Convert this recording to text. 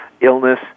illness